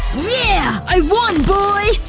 yeah! i won, booiiii!